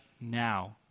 now